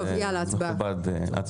טוב יאללה, הצבעה.